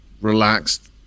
relaxed